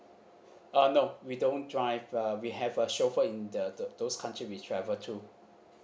uh no we don't drive uh we have a chauffeur in the the those country we travel to